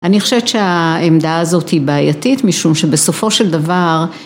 אני חושבת שהעמדה הזאת היא בעייתית משום שבסופו של דבר